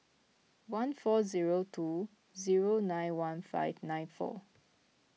one four zero two zero nine one five nine four